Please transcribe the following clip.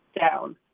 down